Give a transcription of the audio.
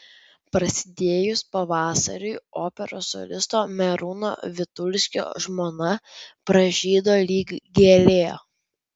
prasidėjus pavasariui operos solisto merūno vitulskio žmona pražydo lyg gėlė